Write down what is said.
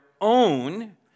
own